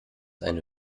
eine